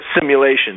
simulations